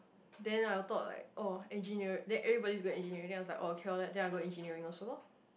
then I would thought like oh engineering then everybody go into engineering I was like oh okay then I got engineering also {lor]